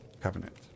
Covenant